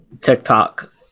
TikTok